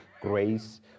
grace